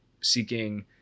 seeking